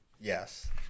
Yes